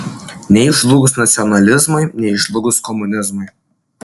nei žlugus nacionalsocializmui nei žlugus komunizmui